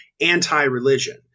anti-religion